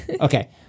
Okay